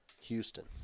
Houston